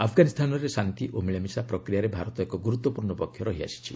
ଆଫଗାନିସ୍ତାନରେ ଶାନ୍ତି ଓ ମିଳାମିଶା ପ୍ରକ୍ରିୟାରେ ଭାରତ ଏକ ଗୁରୁତ୍ୱପୂର୍ଣ୍ଣ ପକ୍ଷ ରହିଆସିଛି